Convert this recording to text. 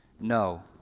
no